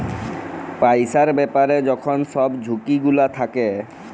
পইসার ব্যাপারে যখল ছব ঝুঁকি গুলা থ্যাকে